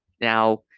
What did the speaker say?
Now